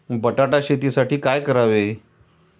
बटाटा शेतीसाठी काय करावे?